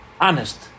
honest